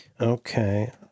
Okay